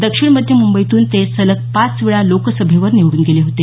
दक्षिण मध्य मुंबईतून ते सलग पाच वेळा लोकसभेवर निवडून गेले होते